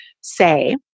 say